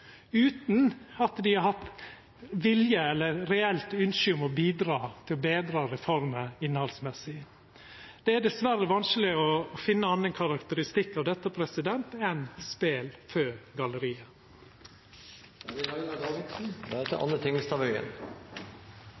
utan at dei har hatt vilje til eller eit reelt ynske om å bidra til å betra innhaldet i reforma. Det er dessverre vanskeleg å finna ein annan karakteristikk av dette enn «spel for galleriet».